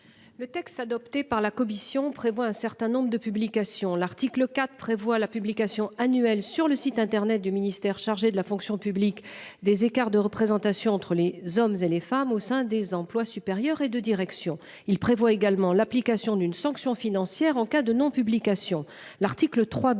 Le texte adopté par la commission prévoit un certain nombre de publications. L'article 4 prévoit la publication annuelle sur le site internet du ministère chargé de la fonction publique des écarts de représentation entre les hommes et les femmes au sein des employes supérieurs et de direction. Il prévoit également l'application d'une sanction financière en cas de non-publication,